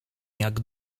jak